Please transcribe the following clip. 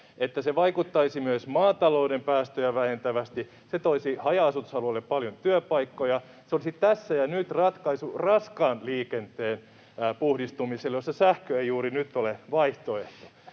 että se vaikuttaisi myös maatalouden päästöjä vähentävästi, se toisi haja-asutusalueille paljon työpaikkoja. Se olisi tässä ja nyt ratkaisu raskaan liikenteen puhdistumiseen, jossa sähkö ei juuri nyt ole vaihtoehto.